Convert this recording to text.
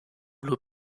blue